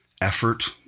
effort